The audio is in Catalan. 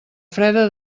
freda